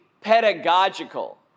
pedagogical